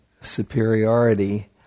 superiority